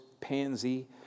pansy